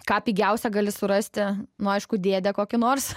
ką pigiausią gali surasti nu aišku dėdę kokį nors